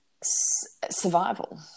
survival